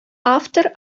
автор